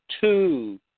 two